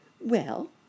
Well